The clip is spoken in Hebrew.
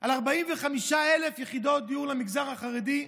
על 45,000 יחידות דיור למגזר החרדי,